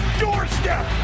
doorstep